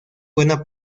buena